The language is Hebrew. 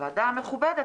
הוועדה המכובדת